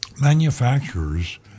manufacturers